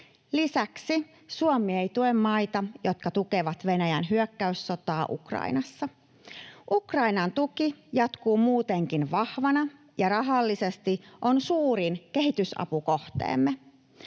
Lisäksi Suomi ei tue maita, jotka tukevat Venäjän hyökkäyssotaa Ukrainassa. Ukrainan tuki jatkuu muutenkin vahvana, ja rahallisesti se on suurin kehitysapukohteemme.